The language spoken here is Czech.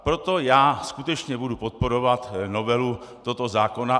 Proto já skutečně budu podporovat novelu tohoto zákona.